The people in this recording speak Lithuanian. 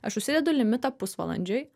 aš užsidedu limitą pusvalandžiui